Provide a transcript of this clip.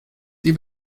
die